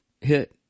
hit